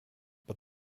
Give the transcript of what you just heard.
but